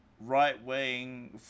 right-wing